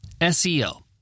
SEO